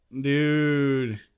Dude